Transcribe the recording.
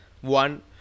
One